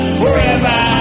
forever